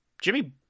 Jimmy